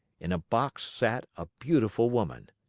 in a box sat a beautiful woman.